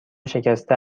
شکسته